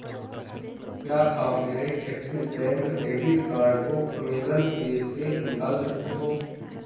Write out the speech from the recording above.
क्या आप मेरे एक्सिस बैंक डेबिट कार्ड को अमेज़न पे से निकाल सकते हो